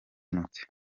mute